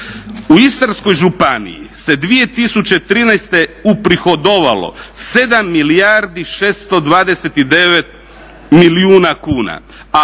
U Istarskoj županiji se 2013. uprihodovalo 7 milijardi 629 milijuna kuna